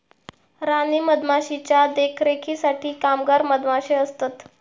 राणी मधमाशीच्या देखरेखीसाठी कामगार मधमाशे असतत